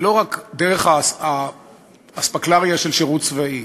לא רק דרך האספקלריה של שירות צבאי.